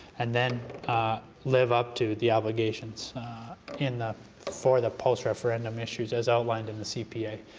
and then live up to the obligations in the for the post referendum issues as outlined in the cpa.